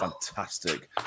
fantastic